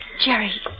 Jerry